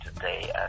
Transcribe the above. today